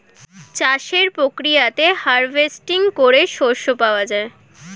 চাষের প্রক্রিয়াতে হার্ভেস্টিং করে শস্য পাওয়া যায়